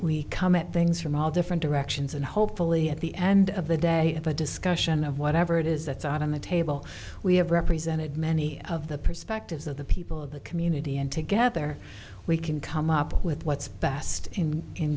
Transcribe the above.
we come at things from all different directions and hopefully at the end of the day of a discussion of whatever it is that's on the table we have represented many of the perspectives of the people of the community and together we can come up with what's best in in